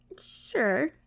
Sure